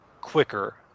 quicker